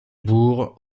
bourg